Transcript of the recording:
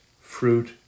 fruit